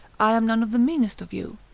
i am none of the meanest of you.